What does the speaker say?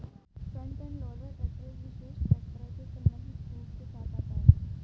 front end loader tractor एक विशेष tractor है जो संलग्न स्कूप के साथ आता है